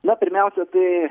na pirmiausia tai